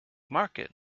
market